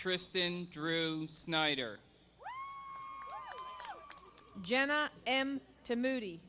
tristen drew snyder jenna m to moody